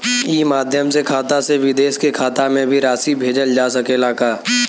ई माध्यम से खाता से विदेश के खाता में भी राशि भेजल जा सकेला का?